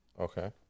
Okay